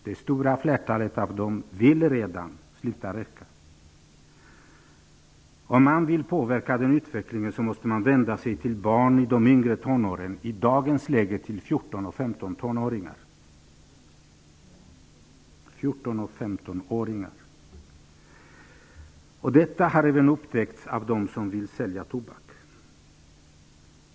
Det stora flertalet av dem vill redan sluta röka. Om man vill påverka utvecklingen måste man vända sig till barn i de yngre tonåren, i dagens läge till 14--15-åringar. Detta har även upptäckts av dem som vill sälja tobak.